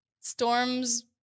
storms